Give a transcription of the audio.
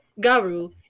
garu